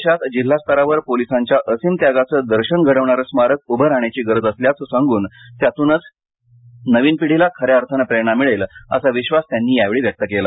देशात जिल्हा स्तरावर पोलिसांच्या असीम त्यागाचं दर्शन घडवणारं स्मारक उभं राहण्याची गरज असल्याचं सांगून त्यातूनच नवीन पिढीला खऱ्या अर्थानं प्रेरणा मिळेल असा विश्वास त्यांनी यावेळी व्यक्त केला